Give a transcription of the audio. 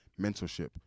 mentorship